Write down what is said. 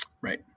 Right